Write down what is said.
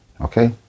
okay